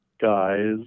guys